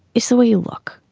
it's the way you look.